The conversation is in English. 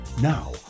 now